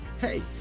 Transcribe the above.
hey